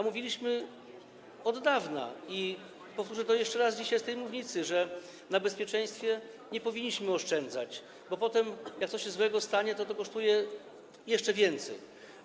Mówiliśmy od dawna i powtórzę to jeszcze dzisiaj z tej mównicy, że na bezpieczeństwie nie powinniśmy oszczędzać, bo potem, jak coś się złego stanie, to to kosztuje jeszcze więcej.